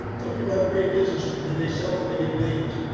some people have a great business and then they sell it. then they get millions.